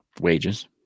wages